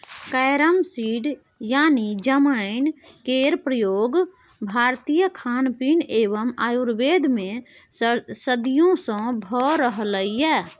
carrom seed यानी जमैन केर प्रयोग भारतीय खानपीन एवं आयुर्वेद मे सदियों सँ भ रहलैए